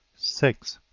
six.